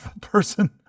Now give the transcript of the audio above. person